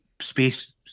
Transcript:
Space